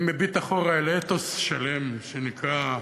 אני מביט אחורה אל אתוס שלם שנקרא: